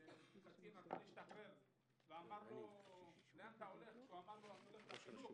ששאלו, לאן אתה הולך אם היה אומר: לחינוך